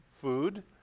food